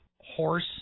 Horse